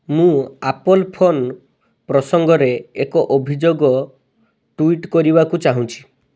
ମୁଁ Apple phone ପ୍ରସଙ୍ଗରେ ଏକ ଅଭିଯୋଗ ଟ୍ୱିଟ୍ କରିବାକୁ ଚାହୁଁଛି